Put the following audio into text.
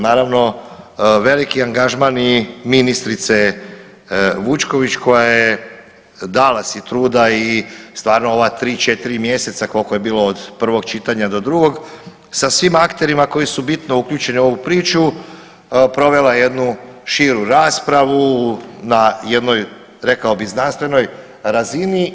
Naravno veliki angažman i ministrice Vučković koja je dala si truda i stvarno ova tri, četiri mjeseca koliko je bilo od prvog čitanja do drugog sa svim akterima koji su bitno uključeni u ovu priču provela jednu širu raspravu na jednoj rekao bih znanstvenoj razini.